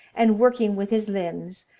and working with his limbs,